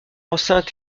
enceinte